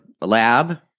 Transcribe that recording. lab